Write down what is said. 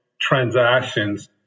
transactions